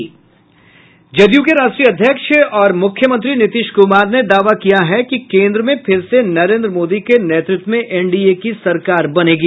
जदयू के राष्ट्रीय अध्यक्ष और मुख्यमंत्री नीतीश कुमार ने दावा किया है कि केन्द्र में फिर से नरेन्द्र मोदी के नेतृत्व में एनडीए की सरकार बनेगी